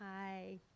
Hi